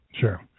Sure